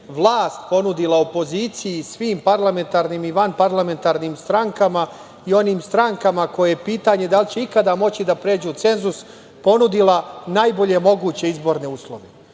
vlast ponudila opoziciji, svim parlamentarnim i vanparlamentarnim strankama i onim strankama koje pitanje da li će ikada moći da pređu cenzus, ponudila najbolje moguće izborne uslove. Ja